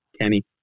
Kenny